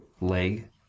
leg